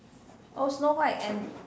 oh snow white and